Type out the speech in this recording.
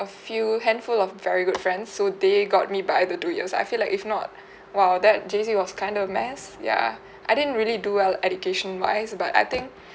a few handful of very good friends so they got me by the two years I feel like if not !wow! that J_C was kind of a mess ya I didn't really do well education wise but I think